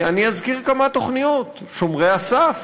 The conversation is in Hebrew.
אני אזכיר כמה תוכניות: "שומרי הסף",